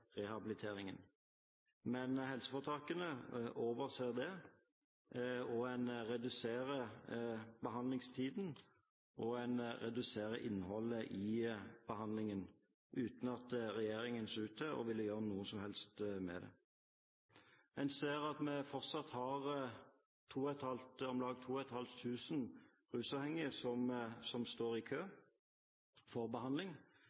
rehabiliteringen. Men helseforetakene overser det, og en reduserer behandlingstiden og innholdet i behandlingen, uten at regjeringen ser ut til å ville gjøre noe som helst med det. En ser at vi fortsatt har om lag to og et halvt tusen rusavhengige som står i kø for behandling.